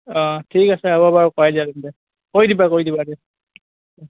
অ ঠিক আছে হ'ব বাৰু কৰাই দিয়া তেন্তে কৰি দিবা কৰি দিবা দিয়া